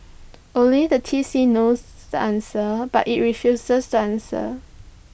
only the T C knows the answer but IT refuses to answer